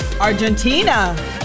argentina